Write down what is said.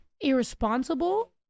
irresponsible